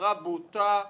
הפרה בוטה,